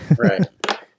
right